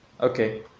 Okay